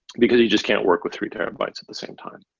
because you just can't work with three terabytes at the same time.